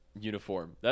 uniform